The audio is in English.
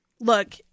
Look